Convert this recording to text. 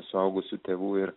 suaugusių tėvų ir